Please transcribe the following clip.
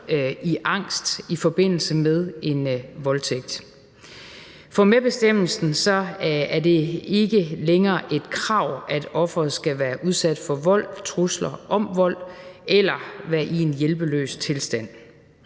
i angst i forbindelse med en voldtægt. For med bestemmelsen er det ikke længere et krav, at offeret skal være udsat for vold, trusler om vold eller være i en hjælpeløs tilstand.